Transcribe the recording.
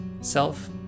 self